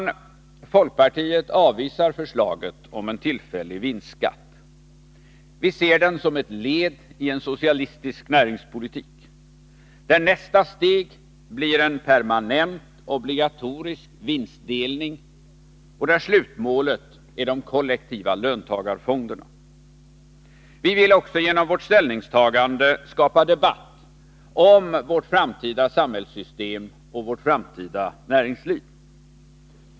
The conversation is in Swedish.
Vi i folkpartiet avvisar förslaget om en tillfällig vinstskatt. Vi ser denna som ett led i en socialistisk näringspolitik, där nästa steg blir en permanent, obligatorisk vinstdelning och där slutmålet är de kollektiva löntagarfonderna. Vidare vill vi genom vårt ställningstagande få till stånd en debatt om vårt framtida samhällssystem och vårt framtida näringsliv.